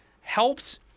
helps